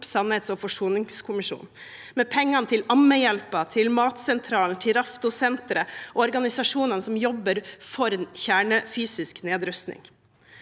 sannhets- og forsoningskommisjonen, med pengene til ammehjelpen, Matsentralen og Raftosenteret og organisasjonene som jobber for kjernefysisk nedrustning.